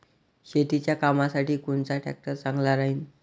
शेतीच्या कामासाठी कोनचा ट्रॅक्टर चांगला राहीन?